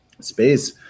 space